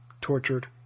tortured